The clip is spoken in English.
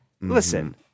listen